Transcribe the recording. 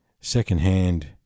secondhand